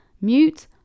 mute